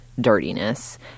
Dirtiness